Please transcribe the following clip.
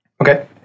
Okay